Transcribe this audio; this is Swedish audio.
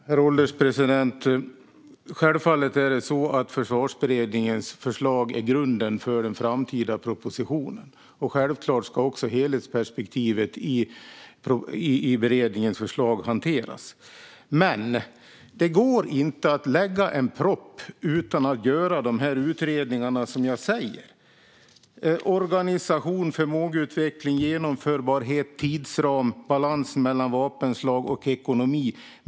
Herr ålderspresident! Självfallet är Försvarsberedningens förslag grunden för den framtida propositionen. Självklart ska också helhetsperspektivet i beredningens förslag hanteras. Men det går inte att lägga fram en proposition utan att göra de här utredningarna, som gäller organisation, förmågeutveckling, genomförbarhet, tidsram, balansen mellan vapenslag samt ekonomi.